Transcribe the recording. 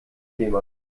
thema